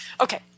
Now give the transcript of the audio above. Okay